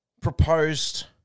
proposed